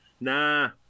Nah